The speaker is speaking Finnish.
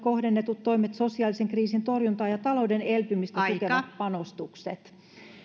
kohdennetut toimet sosiaalisen kriisin torjuntaan ja talouden elpymistä tukevat panostukset